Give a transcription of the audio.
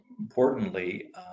importantly